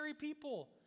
people